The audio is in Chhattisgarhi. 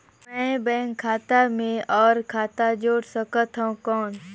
मैं बैंक खाता मे और खाता जोड़ सकथव कौन?